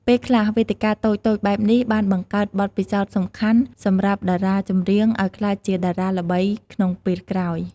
ពេលខ្លះ វេទិកាតូចៗបែបនេះបានបង្កើតបទពិសោធន៍សំខាន់សម្រាប់តារាចម្រៀងឲ្យក្លាយជាតារាល្បីក្នុងពេលក្រោយ។